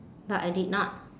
but I did not